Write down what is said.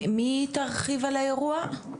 מי תרחיב על האירוע?